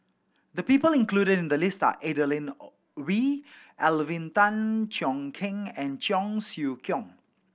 the people included in the list are Adeline Ooi Alvin Tan Cheong Kheng and Cheong Siew Keong